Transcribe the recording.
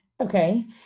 okay